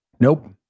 Nope